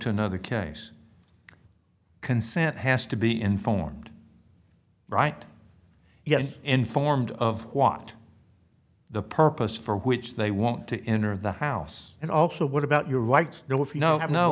to another case consent has to be informed right yeah and informed of want the purpose for which they want to enter the house and also what about your rights you kno